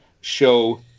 show